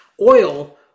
Oil